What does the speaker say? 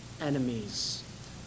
enemies